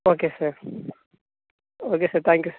okay sir okay sir thank you